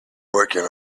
working